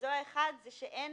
האחד, שאין